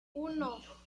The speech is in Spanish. uno